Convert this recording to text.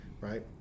Right